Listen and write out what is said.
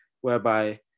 whereby